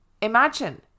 Imagine